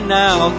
now